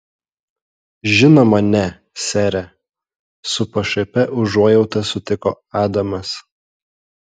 žinoma ne sere su pašaipia užuojauta sutiko adamas